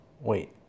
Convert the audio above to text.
Wait